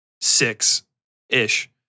six-ish